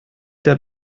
der